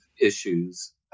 issues